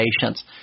patients